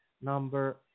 number